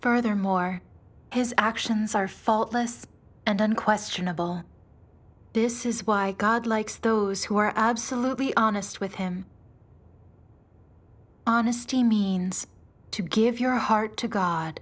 furthermore his actions are faultless and unquestionable this is why god likes those who are absolutely honest with him honesty means to give your heart to god